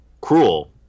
cruel